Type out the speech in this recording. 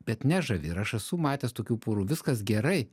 bet nežavi ir aš esu matęs tokių porų viskas gerai